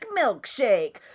Milkshake